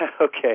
okay